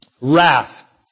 Wrath